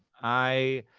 i